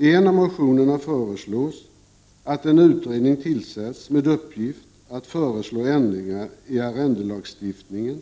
I en av motionerna föreslås att en utredning tillsätts med uppgift att föreslå ändringar i arrendelagstiftningen